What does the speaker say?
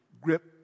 grip